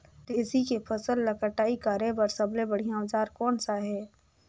तेसी के फसल ला कटाई करे बार सबले बढ़िया औजार कोन सा हे?